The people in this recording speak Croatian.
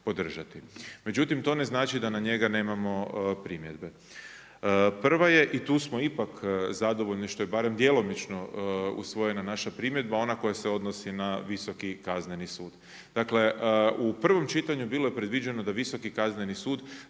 Međutim, to ne znači da na njega nemamo primjedbe. Prva je i tu smo ipak zadovoljni što je barem djelomično usvojena naša primjedba ona koja se odnosi na Visoki kazneni sud. Dakle u provom čitanju bilo je predviđeno da Visoki kazneni sud